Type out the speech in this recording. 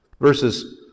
Verses